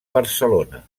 barcelona